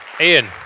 Ian